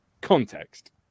Context